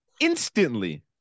instantly